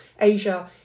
Asia